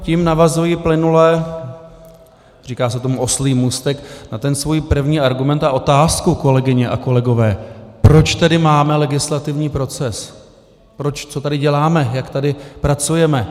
Tím navazuji plynule říká se tomu oslí můstek na ten svůj první argument a otázku, kolegyně a kolegové, proč tedy máme legislativní proces, co tady děláme, jak tady pracujeme.